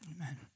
Amen